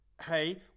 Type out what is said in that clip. hey